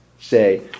say